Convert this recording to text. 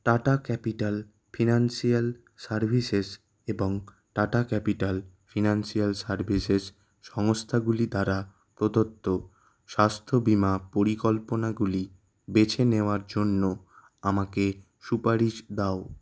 tata Capital Financial Services এবং টাটা ক্যাপিটাল ফিনান্সিয়াল সার্ভিসেস সংস্থাগুলি দ্বারা প্রদত্ত স্বাস্থ্য বিমা পরিকল্পনাগুলি বেছে নেওয়ার জন্য আমাকে সুপারিশ দাও